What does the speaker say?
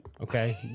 okay